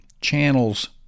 channels